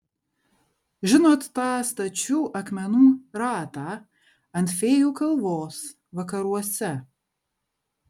žinot tą stačių akmenų ratą ant fėjų kalvos vakaruose